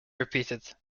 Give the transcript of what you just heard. repeated